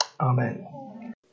Amen